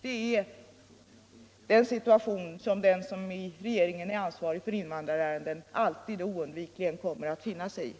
Det är den situation som den inom regeringen som är ansvarig för invandrarärenden alltid och oundvikligen kommer att befinna sig i.